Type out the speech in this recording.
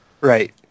right